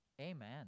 Amen